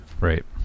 right